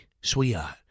sweetheart